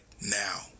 now